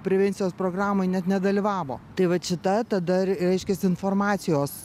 prevencijos programoj net nedalyvavo tai vat šita tada reiškias informacijos